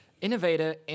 Innovator